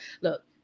Look